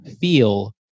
feel